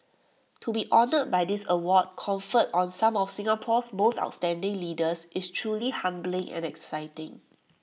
to be honoured by this award conferred on some of Singapore's most outstanding leaders is truly humbling and exciting